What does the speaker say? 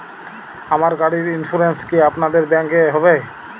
আমার গাড়ির ইন্সুরেন্স কি আপনাদের ব্যাংক এ হবে?